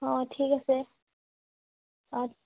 অঁ ঠিক আছে অ